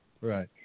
Right